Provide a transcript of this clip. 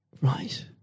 Right